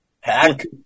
Hack